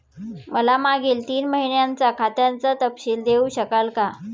मला मागील तीन महिन्यांचा खात्याचा तपशील देऊ शकाल का?